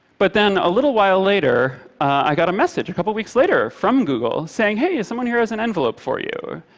but then a little while later i got a message, a couple weeks later, later, from google, saying, hey, someone here has an envelope for you.